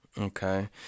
Okay